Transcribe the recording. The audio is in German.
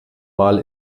mal